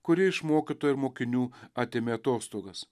kuri iš mokytojo ir mokinių atėmė atostogas